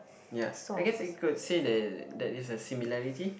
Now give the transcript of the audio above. ya I guess it could say that there is a similarity